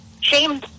shame